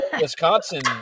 wisconsin